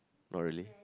not really